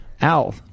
al